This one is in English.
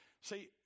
See